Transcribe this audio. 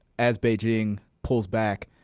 as beijing pulls back,